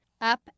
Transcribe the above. Up